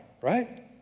right